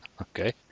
Okay